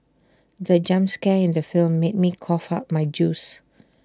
the jump scare in the film made me cough out my juice